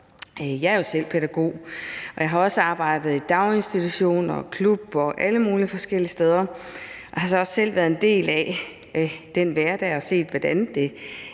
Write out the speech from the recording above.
Jeg er jo selv pædagog, og jeg har også arbejdet i daginstitutioner, klubber og alle mulige forskellige steder og været en del af den hverdag og set, hvordan det